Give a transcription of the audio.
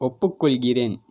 ஒப்புக்கொள்கிறேன்